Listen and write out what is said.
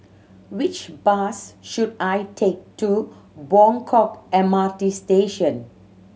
which bus should I take to Buangkok M R T Station